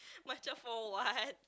macam for what